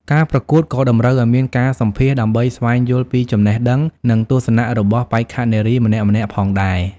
ការប្រកួតក៏តម្រូវឲ្យមានការសម្ភាសន៍ដើម្បីស្វែងយល់ពីចំណេះដឹងនិងទស្សនៈរបស់បេក្ខនារីម្នាក់ៗផងដែរ។